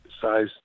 size